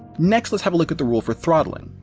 next, let's have a look at the rule for throttling.